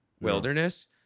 wilderness